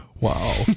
wow